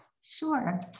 Sure